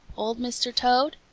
old mr. toad,